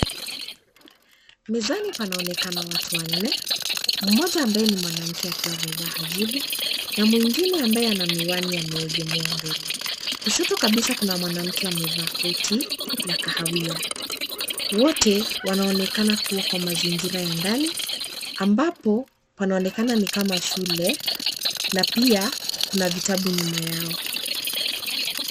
Mezani panaonekana watu wanne, mmoja ambaye ni mwanamke akiwa amevaa hijabu na mwingine ambaye ana miwani ameegemea mbele. Kushoto kabisa kuna mwanamke amevaa koti la kahawia. Wote wanaonekana kuwa kwa mazingira ya ndani ambapo panaonekana ni kama shule. Na pia kuna vitabu nyuma yao.